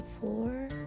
floor